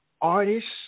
artists